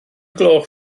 gloch